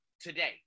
today